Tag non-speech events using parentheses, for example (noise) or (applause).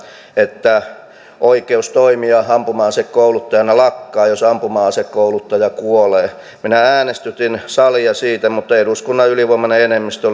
että oikeus toimia ampuma asekouluttajana lakkaa jos ampuma asekouluttaja kuolee minä äänestytin salia siitä mutta eduskunnan ylivoimainen enemmistö (unintelligible)